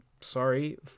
sorry